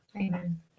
Amen